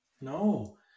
No